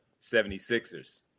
76ers